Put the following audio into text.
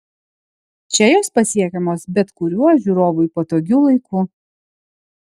čia jos pasiekiamos bet kuriuo žiūrovui patogiu laiku